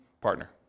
partner